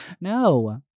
no